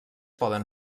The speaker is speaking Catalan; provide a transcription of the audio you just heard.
poden